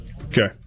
Okay